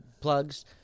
plugs